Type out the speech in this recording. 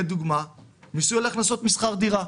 לדוגמה מיסוי על הכנסות משכר דירה.